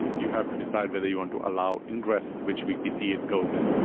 you have to decide whether you want to allow ingress, which we we see it goes in.